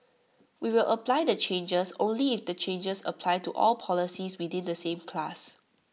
we will apply the changes only if the changes apply to all policies within the same class